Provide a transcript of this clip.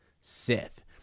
Sith